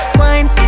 wine